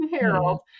Harold